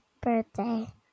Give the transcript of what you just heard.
birthday